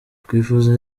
twifuza